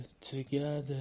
together